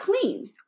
clean